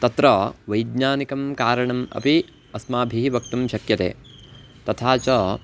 तत्र वैज्ञानिकं कारणम् अपि अस्माभिः वक्तुं शक्यते तथा च